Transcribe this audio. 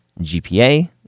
GPA